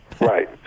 Right